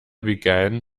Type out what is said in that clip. began